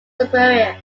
superior